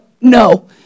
no